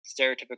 stereotypical